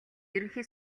ерөнхий